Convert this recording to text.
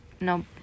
no